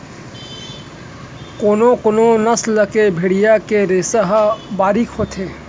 कोनो कोनो नसल के भेड़िया के रेसा ह बारीक होथे